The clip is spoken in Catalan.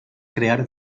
crear